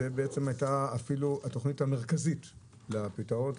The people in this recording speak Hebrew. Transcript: זו הייתה התוכנית המרכזית לפתרון.